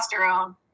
testosterone